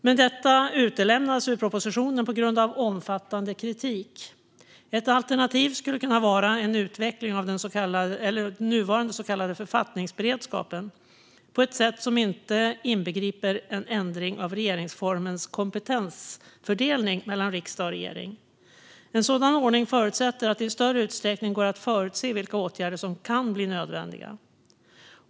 Men detta utelämnas ur propositionen på grund av omfattande kritik. Ett alternativ skulle kunna vara en utveckling av den nuvarande så kallade författningsberedskapen på ett sätt som inte inbegriper en ändring av regeringsformens kompetensfördelning mellan riksdag och regering. En sådan ordning förutsätter att det i större utsträckning går att förutse vilka åtgärder som kan bli nödvändiga.